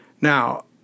Now